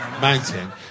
mountain